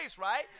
right